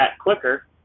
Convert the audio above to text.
quicker